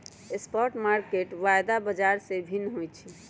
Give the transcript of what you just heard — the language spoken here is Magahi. स्पॉट मार्केट वायदा बाजार से भिन्न होइ छइ